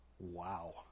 Wow